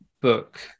book